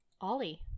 Ollie